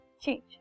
change